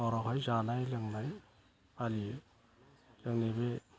हरावहाय जानाय लोंनाय फालियो जोंनि बे